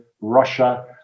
Russia